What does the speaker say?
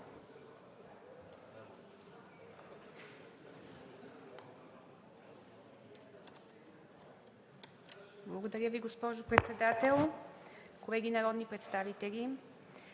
Благодаря Ви, госпожо Председател. Колеги, народни представители!